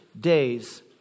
days